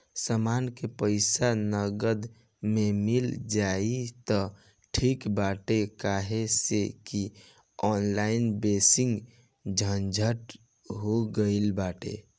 समान के पईसा नगद में मिल जाई त ठीक बाटे काहे से की ऑनलाइन बेसी झंझट हो गईल बाटे